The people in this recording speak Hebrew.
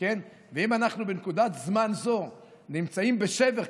ואם בנקודת זמן זו אנחנו נמצאים בשבר,